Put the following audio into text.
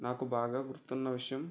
నాకు బాగా గుర్తున్న విషయం